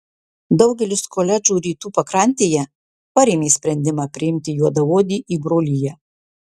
daugelis koledžų rytų pakrantėje parėmė sprendimą priimti juodaodį į broliją